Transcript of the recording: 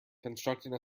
constructing